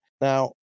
Now